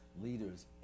leaders